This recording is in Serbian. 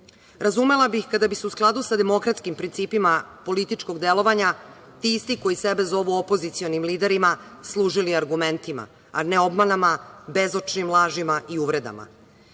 Razumela bih kada bi se u skladu sa demokratskim principima političkog delovanja ti isti koji sebe zovu opozicionim liderima služili argumentima, a ne obmanama, bezočnim lažima i uvredama.